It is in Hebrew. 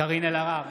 קארין אלהרר,